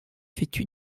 vêtu